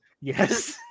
Yes